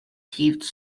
keeps